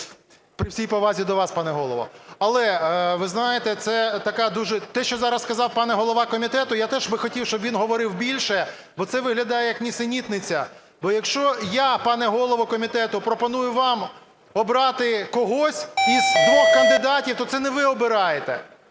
при всій повазі до вас, пане Голово. Але ви знаєте, це така дуже... те, що зараз сказав пан голова комітету, я б теж хотів, щоб він говорив більше, бо це виглядає як нісенітниця. Бо якщо я, пане голово комітету, пропоную вам обрати когось із двох кандидатів, то це не ви обираєте